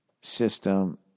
system